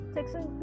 Section